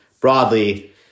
broadly